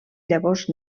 llavors